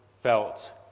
felt